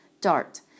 DART